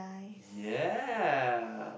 ya